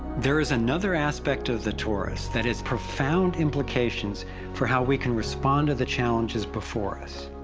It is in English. there is another aspect of the torus that has profound implications for how we can respond to the challenges before us.